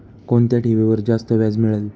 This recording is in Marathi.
कोणत्या ठेवीवर जास्त व्याज मिळेल?